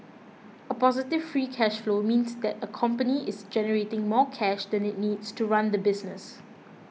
a positive free cash flow means that a company is generating more cash than it needs to run the business